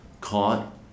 caught